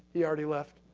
he already left.